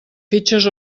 fitxes